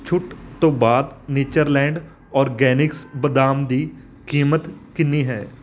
ਛੁੱਟ ਤੋਂ ਬਾਅਦ ਨੇਚਰਲੈਂਡ ਔਰਗੈਨਿਕਸ ਬਦਾਮ ਦੀ ਕੀਮਤ ਕਿੰਨੀ ਹੈ